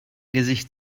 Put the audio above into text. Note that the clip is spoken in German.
gesicht